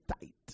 tight